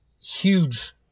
huge